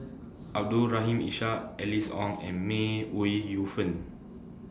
Abdul Rahim Ishak Alice Ong and May Ooi Yu Fen